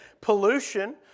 pollution